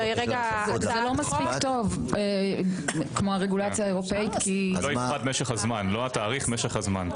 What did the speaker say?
או לא יפחת משך הזמן לא התאריך אלא משך הזמן.